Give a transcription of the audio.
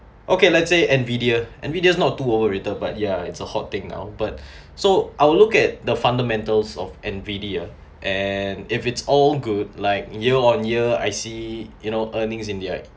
okay let's say NVIDIA NVIDIA is not too overrated but ya it's a hot thing now but so I will look at the fundamentals of NVIDIA and if it's all good like year on year I see you know earnings in their